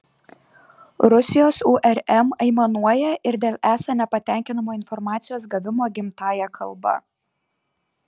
rusijos urm aimanuoja ir dėl esą nepatenkinamo informacijos gavimo gimtąja kalba